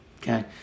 Okay